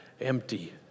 empty